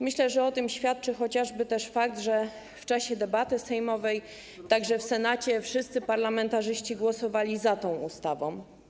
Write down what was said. Myślę, że o tym świadczy chociażby fakt, że w czasie debaty sejmowej, także w Senacie, wszyscy parlamentarzyści głosowali za tą ustawą.